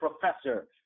professor